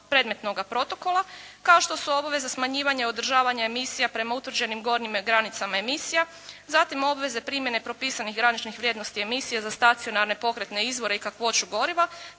predmetnoga protokola kao što su obaveza smanjivanja i održavanja emisija prema utvrđenim gornjim granicama emisija. Zatim obveze primjene propisanih graničnih vrijednosti emisija za stacionarne, pokretne izvore i kakvoću goriva